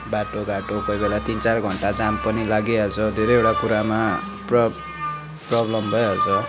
बाटो घाटो कोही बेला तिन चार घन्टा जाम पनि लागिहाल्छ धेरैवटा कुरामा प्र प्रब्लम भइहाल्छ